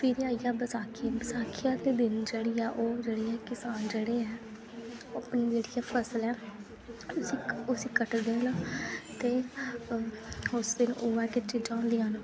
फिर आई आ बसाखी बसाखी आई जा ते दिन चढ़ी आ ओह् जेह्ड़े ऐ किसान जेह्ड़े ऐ ओह् अपनी जेह्ड़ी ऐ फसल ऐ उसी उसी कटदे न ते उस दिन चीजां होंदियां